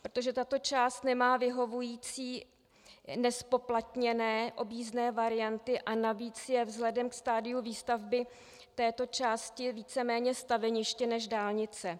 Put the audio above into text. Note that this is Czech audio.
Protože tato část nemá vyhovující nezpoplatněné objízdné varianty a navíc je vzhledem ke stadiu výstavby této části víceméně staveniště než dálnice.